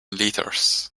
litres